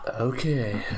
Okay